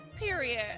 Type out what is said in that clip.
period